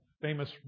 famous